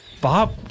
Bob